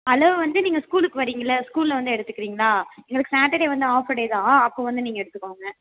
அளவு வந்து நீங்கள் ஸ்கூலுக்கு வரிங்கள்ளல ஸ்கூலில் வந்து எடுத்துக்குறிங்களா எங்களுக்கு சாட்டர்டே வந்து ஆஃப டே தான் அப்போ வந்து நீங்கள் எடுத்துக்கோங்க